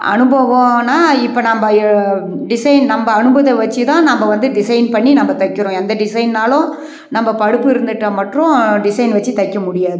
அனுபவன்னா இப்போ நம்ம டிசைன் நம்ம அனுபவத்தை வெச்சி தான் நம்ம வந்து டிசைன் பண்ணி நம்ம தைக்கிறோம் எந்த டிசைன்னாலும் நம்ம படிப்பு இருந்துவிட்டா மற்றும் டிசைன் வெச்சி தைக்க முடியாது